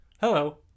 Hello